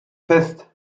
fest